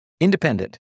independent